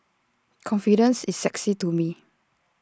confidence is sexy to me